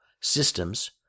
systems